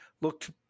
looked